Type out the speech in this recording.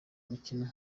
mukino